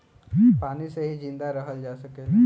पानी से ही जिंदा रहल जा सकेला